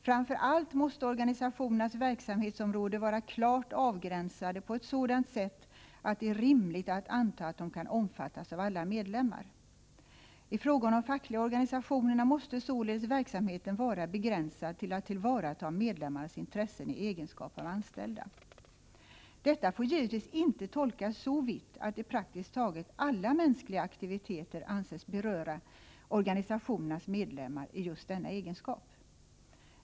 Framför allt måste organisationernas verksamhetsområden vara klart avgränsade på ett sådant sätt att det är rimligt att anta att de kan omfattas av alla medlemmar. I fråga om de fackliga organisationerna måste således verksamheten vara begränsad till att tillvarata medlemmarnas intressen i deras egenskap av anställda. Detta får givetvis inte tolkas så vitt att praktiskt taget alla mänskliga aktiviteter anses beröra organisationernas medlemmar i just denna egenskap.